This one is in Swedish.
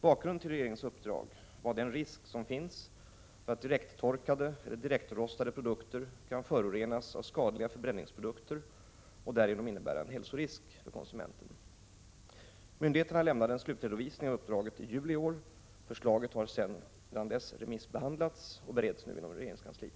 Bakgrunden till regeringens uppdrag var den risk som finns för att direkttorkade eller direktrostade produkter kan förorenas av skadliga förbränningsprodukter och därigenom innebära en hälsorisk för konsumenten. Myndigheterna lämnade en slutredovisning av uppdraget i juli i år. Förslaget har remissbehandlats och bereds nu inom regeringskansliet.